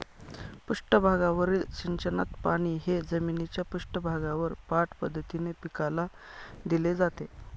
पृष्ठभागावरील सिंचनात पाणी हे जमिनीच्या पृष्ठभागावर पाठ पद्धतीने पिकाला दिले जाते